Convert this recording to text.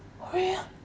real